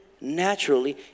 naturally